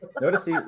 Notice